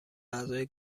اعضای